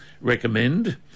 recommend